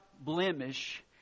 blemish